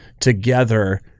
together